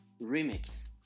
remix